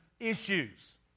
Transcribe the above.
issues